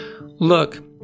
Look